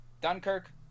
dunkirk